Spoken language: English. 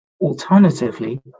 Alternatively